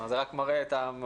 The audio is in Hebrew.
זה רק מראה את המעורבות,